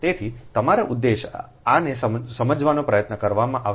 તેથી તમારા ઉદ્દેશ આ ને સમજવાનો પ્રયત્ન કરવામાં આવશે